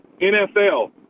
NFL